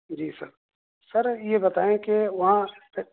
جی sir sir یہ بتائیں کہ وہاں